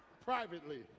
privately